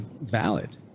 valid